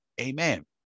amen